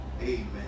Amen